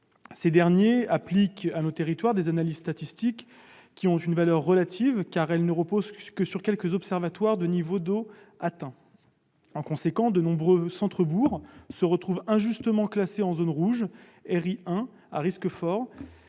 Ces derniers appliquent à nos territoires des analyses statistiques qui ont une valeur relative, car elles ne reposent que sur quelques observations de niveaux d'eau atteints. En conséquence, de nombreux centres-bourgs se retrouvent injustement classés en zone rouge, Ri1, à risque fort,